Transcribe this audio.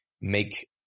make